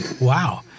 Wow